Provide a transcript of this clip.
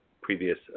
previous